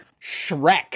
Shrek